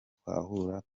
twahura